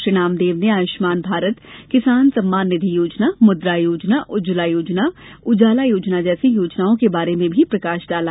श्री नामदेव ने आयुष्मान भारत किसान सम्मान निधि योजना मुद्रा योजेना उज्ज्वला योजना उजाला योजना जैसी योजनाओं के बारे में भी प्रकाश डाला